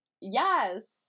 Yes